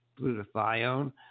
glutathione